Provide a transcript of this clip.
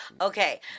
Okay